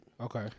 Okay